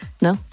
No